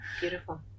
Beautiful